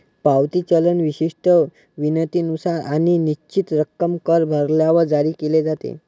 पावती चलन विशिष्ट विनंतीनुसार आणि निश्चित रक्कम कर भरल्यावर जारी केले जाते